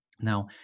now